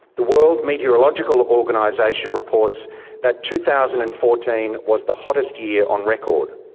the world meteorological organization reports that two thousand and fourteen was the hottest year on record.